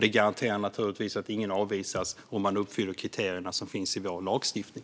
Det garanterar att ingen avvisas om man uppfyller kriterierna i vår lagstiftning.